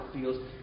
feels